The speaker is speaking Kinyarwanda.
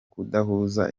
kudahuza